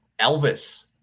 Elvis